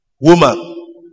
Woman